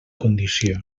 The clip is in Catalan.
condició